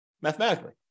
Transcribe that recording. mathematically